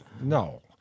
no